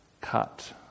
cut